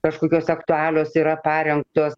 kažkokios aktualios yra parengtos